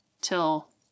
till